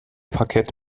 parkett